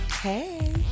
Hey